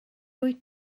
wyt